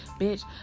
bitch